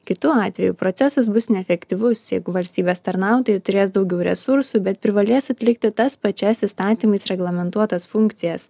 kitu atveju procesas bus neefektyvus jeigu valstybės tarnautojai turės daugiau resursų bet privalės atlikti tas pačias įstatymais reglamentuotas funkcijas